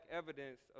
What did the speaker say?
evidence